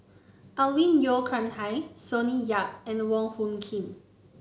Alvin Yeo Khirn Hai Sonny Yap and Wong Hung Khim